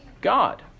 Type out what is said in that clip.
God